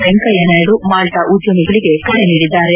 Venkaiah Naidu Malta ಉದ್ಯಮಿಗಳಿಗೆ ಕರೆ ನೀಡಿದ್ದಾರೆ